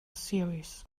series